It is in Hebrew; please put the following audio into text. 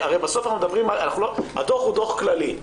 בסוף הדו"ח הוא כללי,